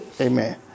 Amen